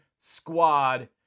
squad